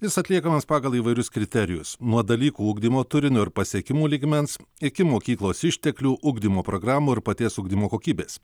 jis atliekamas pagal įvairius kriterijus nuo dalykų ugdymo turinio ir pasiekimų lygmens iki mokyklos išteklių ugdymo programų ir paties ugdymo kokybės